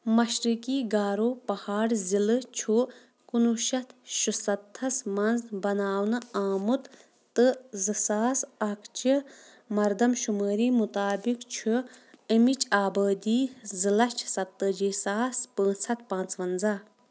مشرقی گارو پہاڑ ضِلعہٕ چھُ کُنہٕ وُہ شیٚتھ شُسَتَتھس منٛز بناونہٕ آمُت تہٕ زٕ ساس اَکھ چہِ مردم شمٲری مُطٲبِق چھِ امیِچ آبٲدی زٕ لَچھ سَتہٕ تٲجی ساس پانٛژھ ہَتھ تہٕ پانٛژٕوَنٛزاہ